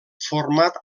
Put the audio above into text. format